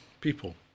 people